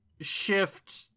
shift